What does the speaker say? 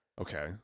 Okay